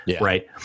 right